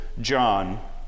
John